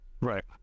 Right